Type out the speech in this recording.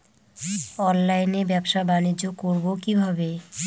অনলাইনে ব্যবসা বানিজ্য করব কিভাবে?